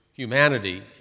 Humanity